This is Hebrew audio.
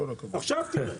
עכשיו תראה,